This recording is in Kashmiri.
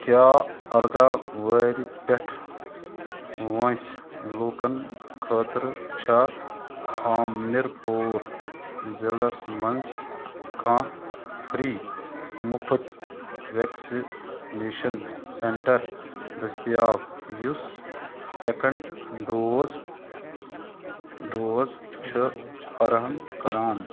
کیٛاہ اَرداہ وُہرِ پٮ۪ٹھ وٲنٛسہِ لوٗکن خٲطرٕ چھا ہامیٖرپوٗر ضِلعس مَنٛز کانٛہہ فرٛی مُفت ویٚکسِنیٚشن سینٛٹر دٔستِیاب یُس سیکِنٛڈ ڈوز ڈوز چھُ فراہَم کَران